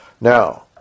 now